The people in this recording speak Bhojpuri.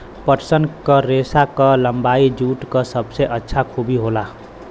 पटसन क रेसा क लम्बाई जूट क सबसे अच्छा खूबी होला